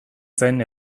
zen